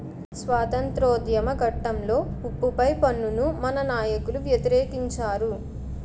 స్వాతంత్రోద్యమ ఘట్టంలో ఉప్పు పై పన్నును మన నాయకులు వ్యతిరేకించారు